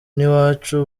n’iwacu